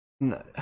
No